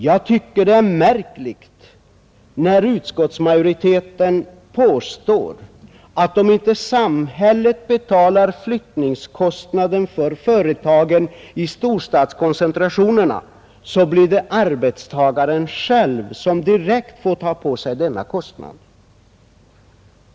Jag tycker det är märkligt att utskottsmajoriteten kan påstå att om inte samhället betalar flyttningskostnaden för företagen till storstadskoncentrationerna blir det arbetstagaren själv som direkt får ta på sig denna kostnad.